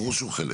ברור שהוא חלק.